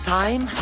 time